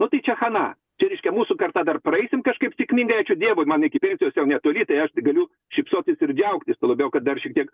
nu tai čia chana čia reiškia mūsų karta dar praeisim kažkaip sėkmingai ačiū dievui man iki pensijos netoli tai aš galiu šypsotis ir džiaugtis tuo labiau kad dar šiek tiek